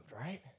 right